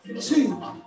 two